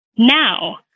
now